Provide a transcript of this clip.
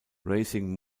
racing